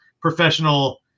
professional